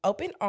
Open